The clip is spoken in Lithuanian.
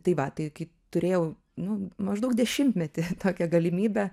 tai va tai kai turėjau nu maždaug dešimtmetį tokią galimybę